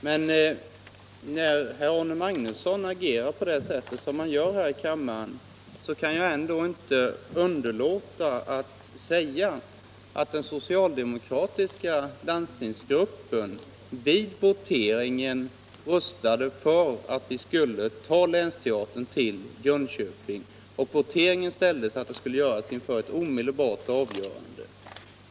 Men när herr Magnusson i Nennesholm agerar på det sätt som han gör här i kammaren kan jag inte underlåta att säga att den socialdemokratiska landstingsgruppen vid voteringen röstade för att vi skulle ta länsteatern till Jönköping, och voteringen gällde att frågan skulle avgöras omedelbart.